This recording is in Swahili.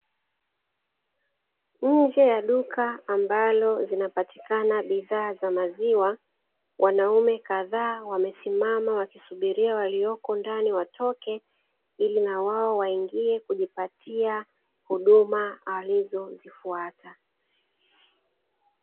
Nje ya duka ambalo zinapatikana bidhaa za maziwa, wanaume kadhaa wamesimama wakisubiria walioko ndani watoke, ili nawao waingie kujipatia huduma alizozifuata.